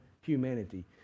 humanity